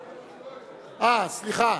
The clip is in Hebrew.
סליחה,